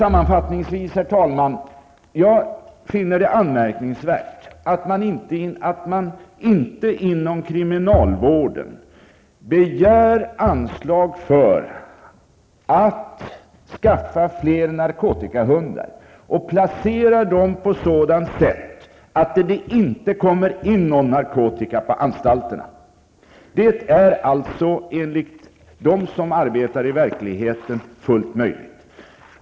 Sammanfattningsvis, herr talman, finner jag det anmärkningsvärt att man inom kriminalvården inte begär anslag för att skaffa fler narkotikahundar och placera dem på ett sådant sätt att det inte kommer in någon narkotika på anstalterna. Detta är alltså enligt dem som arbetar i verkligheten fullt möjligt.